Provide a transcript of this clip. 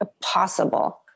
possible